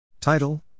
Title